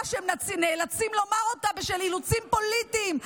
שהם נאלצים לומר אותה בשל אילוצים פוליטיים,